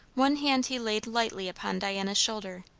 one hand he laid lightly upon diana's shoulder,